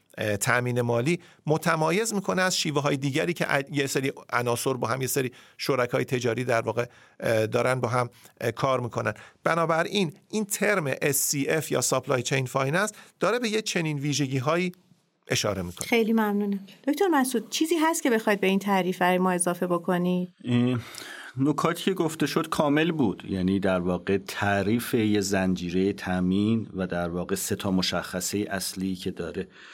اه، تأمین مالی متمایز می‌کنه از شیوه‌های دیگری که ا- یه سری عناصر با هم، یه سری شرکای تجاری در واقع، اه، دارن با هم، اه، کار می‌کنن. بنابراین، این ترم SCF یا supply chain finance داره به یه چنین ویژگی‌هایی اشاره می‌کنه. خیلی ممنونم. دکتر مسعود، چیزی هست که بخواید به این تعریف‌های ما اضافه بکنی؟ اه، نکاتی که گفته شد کامل بود. یعنی در واقع تعریف یه زنجیره تأمین و در واقع سه تا مشخصه اصلی که داره.